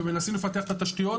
ומנסים לפתח את התשתיות